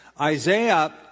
Isaiah